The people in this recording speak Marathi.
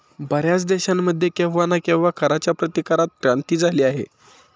बर्याच देशांमध्ये केव्हा ना केव्हा कराच्या प्रतिकारात क्रांती झाली आहे